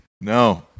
No